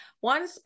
One